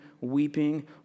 weeping